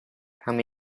come